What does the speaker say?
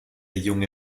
junge